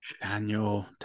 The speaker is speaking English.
Daniel